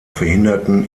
verhinderten